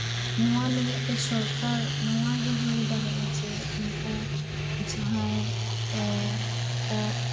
ᱱᱚᱣᱟ ᱞᱟᱹᱜᱤᱫᱛᱮ ᱥᱚᱨᱠᱟᱨ ᱱᱩᱣᱟᱜᱮ ᱦᱩᱭ ᱫᱟᱲᱮᱭᱟᱜᱼᱟ ᱡᱮ ᱩᱱᱠᱩ ᱡᱟᱦᱟᱸᱭ ᱠᱚ